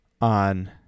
on